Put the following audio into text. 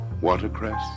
watercress